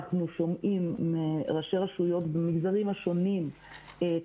אנחנו שומעים מראשי רשויות במגזרים השונים את